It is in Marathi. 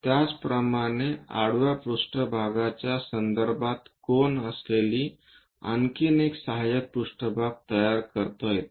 त्याचप्रमाणे आडवा पृष्ठभागच्या संदर्भात कोन असलेली आणखी एक सहायक पृष्ठभाग तयार करता येते